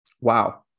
Wow